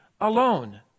alone